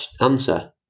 answer